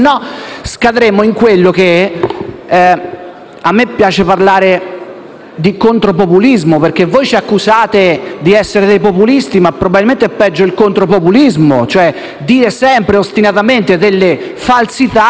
altrimenti in quello che a me piace definire contro populismo; voi ci accusate di essere dei populisti, ma probabilmente è peggio il contropopulismo, cioè dire sempre ed ostinatamente delle falsità nella